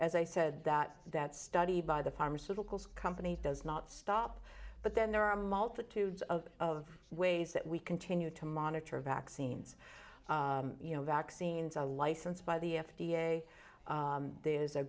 as i said that that study by the pharmaceuticals company does not stop but then there are a multitude of of the ways that we continue to monitor vaccines you know vaccines a license by the f d a there is a